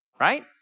Right